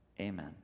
Amen